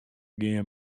gean